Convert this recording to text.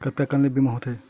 कतका कन ले बीमा होथे?